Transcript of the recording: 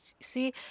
see